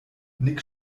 nick